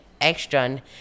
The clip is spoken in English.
extra